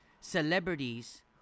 celebrities